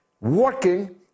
working